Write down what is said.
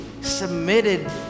submitted